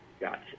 Gotcha